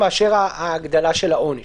מאשר הגדלת העונש